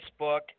Facebook